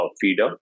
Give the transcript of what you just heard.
feeder